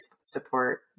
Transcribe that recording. support